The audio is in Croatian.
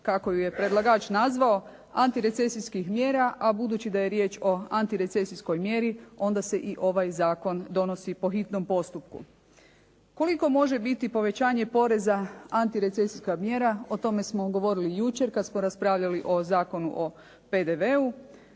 kako ju je predlagač nazvao, antirecesijskih mjera, a budući da je riječ o antirecesijskoj mjeri, onda se i ovaj zakon donosi po hitnom postupku. Koliko može biti povećanje poreza antirecesijska mjera, o tome smo govorili jučer kad smo raspravljali o Zakonu o PDV-u